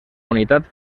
unitat